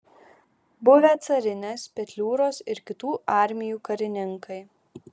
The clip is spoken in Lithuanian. buvę carinės petliūros ir kitų armijų karininkai